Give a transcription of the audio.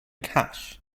cash